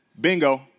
Bingo